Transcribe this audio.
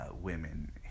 women